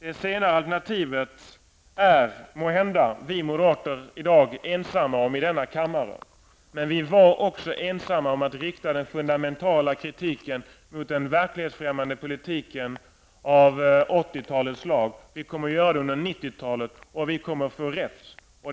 Det senare alternativet är måhända vi moderater i dag ensamma om i denna kammare, men vi var också ensamma om att rikta den fundamentala kritiken emot den verklighetsfrämmande politiken av 1980 talets slag. Vi kommer att göra det under 1990 talet, och vi kommer att få rätt.